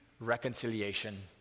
reconciliation